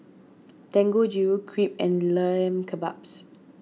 Dangojiru Crepe and Lamb Kebabs